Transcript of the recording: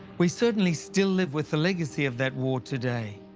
we certainly still live with the legacy of that war today.